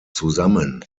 zusammen